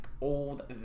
old